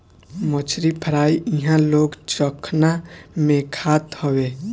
मछरी फ्राई इहां लोग चखना में खात हवे